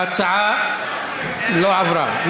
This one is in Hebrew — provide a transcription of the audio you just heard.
ההצעה לא התקבלה.